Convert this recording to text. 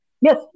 Yes